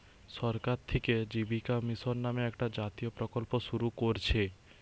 সরকার থিকে জীবিকা মিশন নামে একটা জাতীয় প্রকল্প শুরু কোরছে